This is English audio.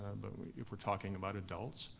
but if we're talking about adults,